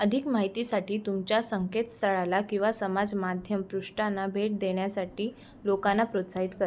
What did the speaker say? अधिक माहितीसाठी तुमच्या संकेतस्थळाला किंवा समाजमाध्यम पृष्ठांना भेट देण्यासाठी लोकांना प्रोत्साहित कर